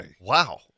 Wow